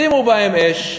שימו בהן אש,